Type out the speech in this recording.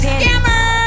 scammer